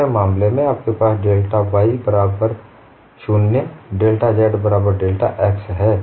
दूसरा मामले में आपके पास डेल्टा y बराबर 0 डेल्टा z बराबर डेल्टा x है